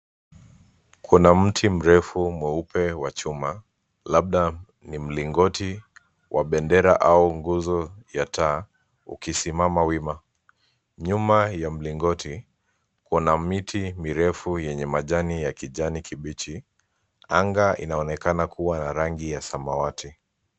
Kuna mti mrefu mweupe wa chuma , labda ni mlingoti wa bendera au nguzo ya taa ukisimama wima. Nyuma ya mlingoti, kuna miti mirefu yenye majani ya kijani kibichi. Anga inaonekana kuwa na rangi ya samawati.